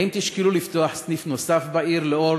האם תשקלו לפתוח סניף נוסף בעיר לאור